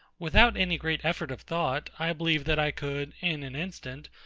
without any great effort of thought, i believe that i could, in an instant,